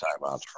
timeouts